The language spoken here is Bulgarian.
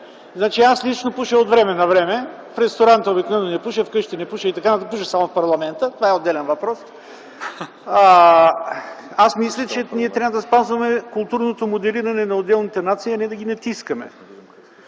Аз лично пуша от време на време, в ресторанта обикновено не пуша, вкъщи не пуша и т.н., пуша само в парламента – това е отделен въпрос. (Шум, смях, оживление.) Мисля, че трябва да спазваме културното моделиране на отделните нации, а не да ги натискаме!